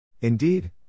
Indeed